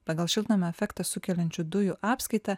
pagal šiltnamio efektą sukeliančių dujų apskaitą